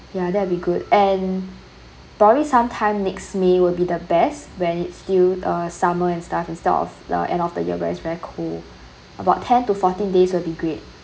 ya that'll be good and probably sometime next may will be the best when it's still uh summer and stuff instead of uh end of the year where it's very cold about ten to fourteen days will be great